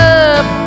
up